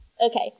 Okay